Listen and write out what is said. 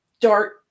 dart